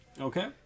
Okay